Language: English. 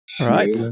right